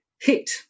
hit